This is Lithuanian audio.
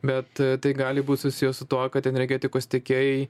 bet tai gali būt susiję su tuo kad energetikos tiekėjai